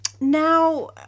Now